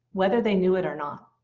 whether they knew it or not.